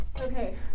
Okay